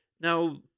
now